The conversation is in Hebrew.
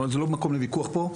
זה לא מקום לוויכוח פה,